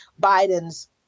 Biden's